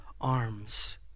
arms